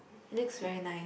It looks very nice